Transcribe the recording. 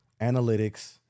analytics